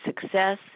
success